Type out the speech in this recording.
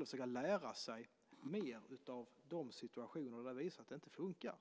försöka lära sig mer av de situationer där det har visat sig att det inte funkar.